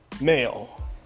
male